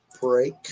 break